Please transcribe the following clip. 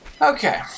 okay